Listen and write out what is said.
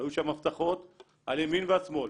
היו שם הבטחות על ימין ועל שמאל,